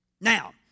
Now